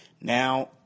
Now